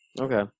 Okay